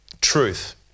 truth